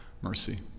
mercy